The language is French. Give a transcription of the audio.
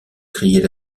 criait